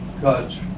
God's